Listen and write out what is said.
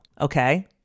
Okay